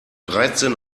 dreizehn